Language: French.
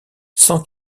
sans